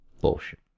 Bullshit